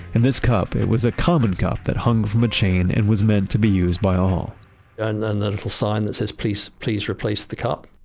and this cup, it was a common cup that hung from a chain and was meant to be used by all and then a little sign that says, please please replace the cup.